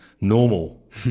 normal